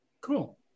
Cool